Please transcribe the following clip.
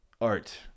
Art